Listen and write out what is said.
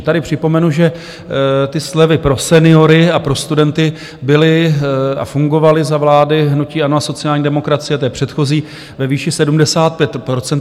Tady připomenu, že slevy pro seniory a pro studenty byly a fungovaly za vlády hnutí ANO a sociální demokracie, té předchozí, ve výši 75 %.